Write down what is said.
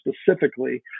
specifically